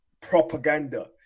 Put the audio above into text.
propaganda